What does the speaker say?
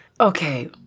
Okay